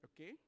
okay